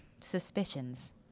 suspicions